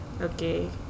Okay